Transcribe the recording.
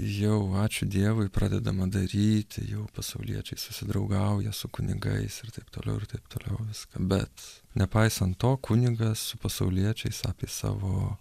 jau ačiū dievui pradedama daryti jau pasauliečiai susidraugauja su kunigais ir taip toliau ir taip toliau viską bet nepaisant to kunigas su pasauliečiais apie savo